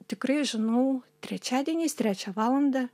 tikrai žinau trečiadieniais trečią valandą